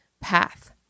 path